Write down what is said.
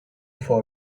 for